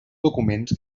documents